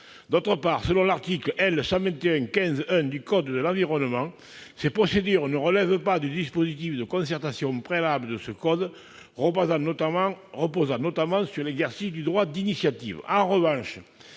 obligatoire. Selon l'article L. 121-15-1 du code de l'environnement, ces procédures ne relèvent pas du dispositif de concertation préalable du code de l'urbanisme, reposant notamment sur l'exercice du droit d'initiative.